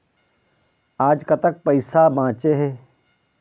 आज कतक पैसा बांचे हे?